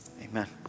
Amen